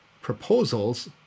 proposals